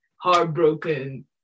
heartbroken